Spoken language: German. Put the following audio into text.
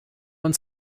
uns